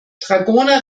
dragoner